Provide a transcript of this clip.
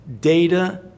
data